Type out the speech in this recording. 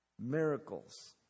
miracles